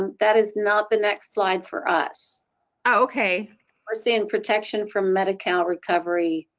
that is not the next slide for us okay we're seeing protection from medical recovery.